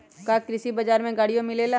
का कृषि बजार में गड़ियो मिलेला?